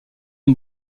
une